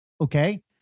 okay